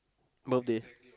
birthday